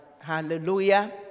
Hallelujah